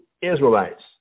Israelites